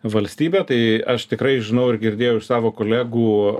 valstybę tai aš tikrai žinau ir girdėjau iš savo kolegų